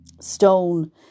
stone